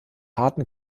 harten